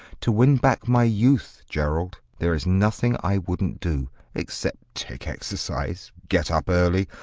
to win back my youth, gerald, there is nothing i wouldn't do except take exercise, get up early,